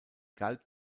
galt